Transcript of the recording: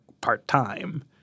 part-time